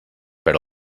perd